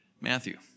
Matthew